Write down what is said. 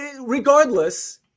regardless